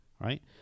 right